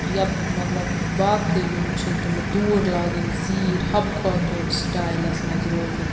یا مَطلَب باقٕے یِم چھِ تِم دوٗر لاگٕنۍ زیٖٹھۍ حَبہٕ خٲتوٗن سِٹایلَس منٛز روزُن